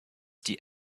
die